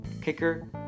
kicker